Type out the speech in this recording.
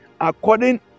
according